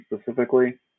specifically